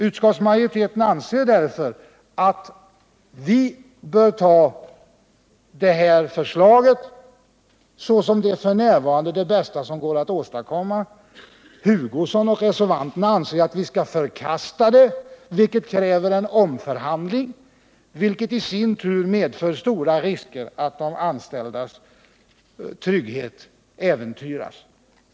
Utskottsmajoriteten anser därför att vi bör acceptera förslaget i propositionen såsom det bästa som f. n. går att åstadkomma. Kurt Hugosson och reservanterna vill förkasta det, vilket kräver en omförhandling, vilket i sin tur medför stora risker att de anställdas trygghet äventyras.